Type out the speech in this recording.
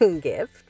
gift